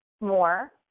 more